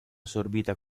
assorbita